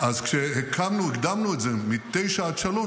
אז כשהקדמנו את זה מ-09:00 עד 15:00,